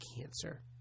cancer